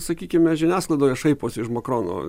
sakykime žiniasklaidoje šaiposi iš makrono